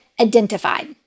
identified